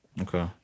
Okay